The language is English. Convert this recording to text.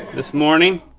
this morning.